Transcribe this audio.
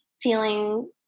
feeling